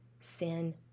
Sin